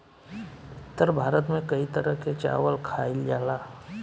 उत्तर भारत में कई तरह के चावल खाईल जाला